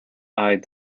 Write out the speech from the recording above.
eyed